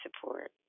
support